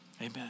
Amen